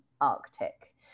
Arctic